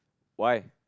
why